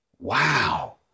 Wow